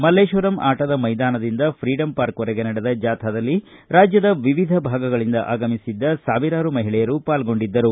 ಮಲ್ಲೇಶ್ವರಂ ಆಟದ ಮೈದಾನದಿಂದ ಫ್ರೀಡಂ ಪಾರ್ಕ್ವರೆಗೆ ನಡೆದ ಜಾಥಾದಲ್ಲಿ ರಾಜ್ಯದ ವಿವಿಧ ಭಾಗಗಳಿಂದ ಆಗಮಿಸಿದ್ದ ಸಾವಿರಾರು ಮಹಿಳೆಯರು ಪಾಲ್ಗೊಂಡಿದ್ದರು